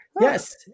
Yes